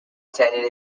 attended